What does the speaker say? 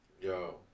Yo